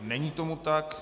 Není tomu tak.